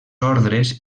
ordres